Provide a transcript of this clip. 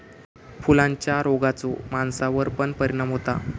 फुलांच्या रोगाचो माणसावर पण परिणाम होता